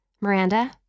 Miranda